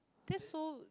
that's so